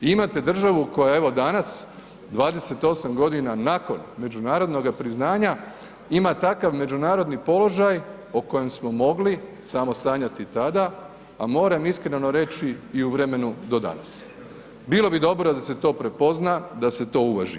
Imate državu koja evo danas, 28 g. nakon međunarodnog priznanja, ima takav međunarodni položaj o kojem smo mogli samo sanjati tada a moram iskreno reći i u vremenu do danas. bilo bi dobro da se to prepozna, da se to uvaži.